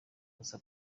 gusa